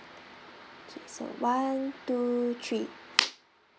one two three